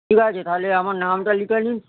ঠিক আছে তাহলে আমার নামটা লিখে নিন